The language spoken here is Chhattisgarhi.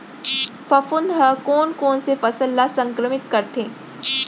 फफूंद ह कोन कोन से फसल ल संक्रमित करथे?